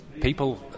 People